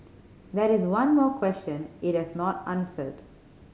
that is one more question it has not answered